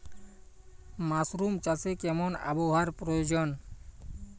Mushroom চাষে কেমন আবহাওয়ার প্রয়োজন?